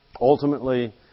Ultimately